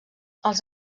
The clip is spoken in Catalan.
els